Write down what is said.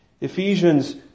Ephesians